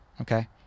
Okay